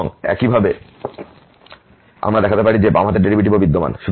এবং একইভাবে আমরা দেখাতে পারি যে বাম ডেরিভেটিভও বিদ্যমান